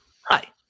Hi